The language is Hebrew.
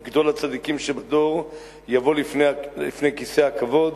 כי גדול הצדיקים שבדור, יבוא לפני כיסא הכבוד,